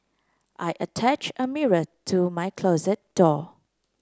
I attach a mirror to my closet door